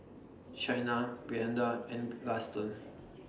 Shaina Brianda and Gaston